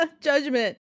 judgment